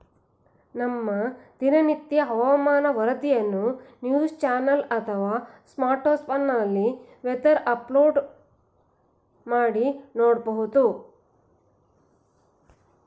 ನಮ್ಮ ದಿನನಿತ್ಯದ ಹವಾಮಾನ ವರದಿಯನ್ನು ನ್ಯೂಸ್ ಚಾನೆಲ್ ಅಥವಾ ಸ್ಮಾರ್ಟ್ಫೋನ್ನಲ್ಲಿ ವೆದರ್ ಆಪ್ ಡೌನ್ಲೋಡ್ ಮಾಡಿ ನೋಡ್ಬೋದು